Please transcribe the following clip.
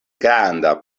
granda